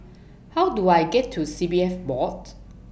How Do I get to C P F Board